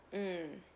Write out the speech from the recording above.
mm